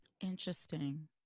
Interesting